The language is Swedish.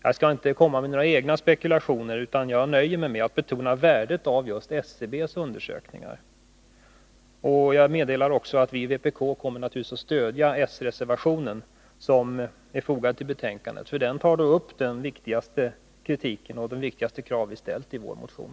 Jag skall inte komma med några egna spekulationer, utan jag nöjer mig med att betona värdet av SCB:s undersökningar, och jag meddelar att vi i vpk naturligtvis kommer att stödja s-reservationen som är fogad till betänkandet, för den tar upp den viktigaste kritiken och de viktigaste krav vi ställt i vår motion.